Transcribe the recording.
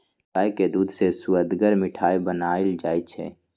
गाय के दूध से सुअदगर मिठाइ बनाएल जाइ छइ